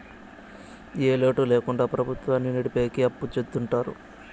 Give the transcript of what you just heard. ఏ లోటు ల్యాకుండా ప్రభుత్వాన్ని నడిపెకి అప్పు చెత్తుంటారు